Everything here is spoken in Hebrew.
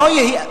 לא יהיו